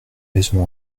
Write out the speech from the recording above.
maisons